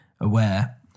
aware